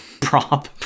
prop